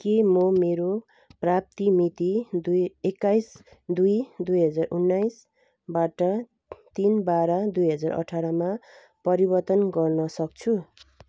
के म मेरो प्राप्ति मिति दुई एक्काइस दुई दुई हजार उन्नाइसबाट तिन बाह्र दुई हजार अठाह्रमा परिवर्तन गर्न सक्छु